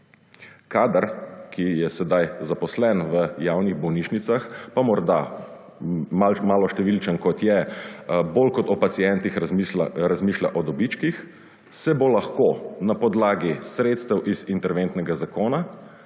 Kader, ki je sedaj zaposlen v javnih bolnišnicah, pa morda malo številčen kot je bolj kot o pacientih razmišlja o dobičkih, se bo lahko na podlagi sredstev iz interventnega zakona